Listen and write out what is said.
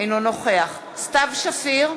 אינו נוכח סתיו שפיר,